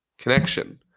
connection